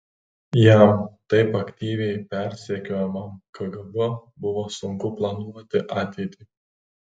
jam taip aktyviai persekiojamam kgb buvo sunku planuoti ateitį